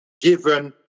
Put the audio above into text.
given